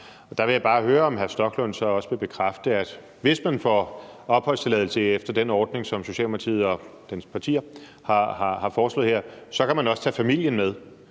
Der vil jeg bare høre, om hr. Rasmus Stoklund så også vil bekræfte, at hvis man får opholdstilladelse efter den ordning, som Socialdemokratiet og dets partier har foreslået her, så kan man også tage familien med.